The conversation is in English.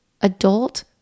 Adult